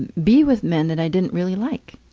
and be with men that i didn't really like.